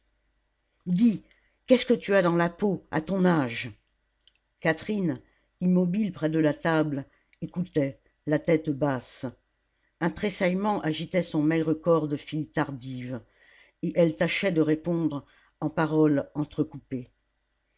qu'est-ce que tu as dans la peau à ton âge catherine immobile près de la table écoutait la tête basse un tressaillement agitait son maigre corps de fille tardive et elle tâchait de répondre en paroles entrecoupées